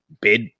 bid